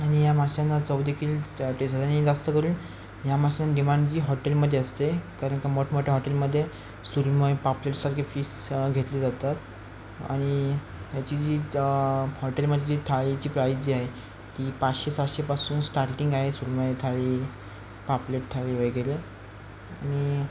आणि या माशांना चव देखील टे जास्त करून ह्या माशांना डिमांड जी हॉटेलमध्ये असते कारण का मोठमोठ्या हॉटेलमध्ये सुरमई पापलेटसारखे फीस घेतले जातात आणि याची जी हॉटेलमध्ये जी थाळीची प्राईस जी आहे ती पाचशे सातशेपासून स्टार्टिंग आहे सुरमई थाळी पापलेट थाळी वगैरे आणि